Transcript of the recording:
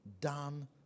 done